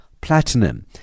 platinum